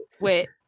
Wait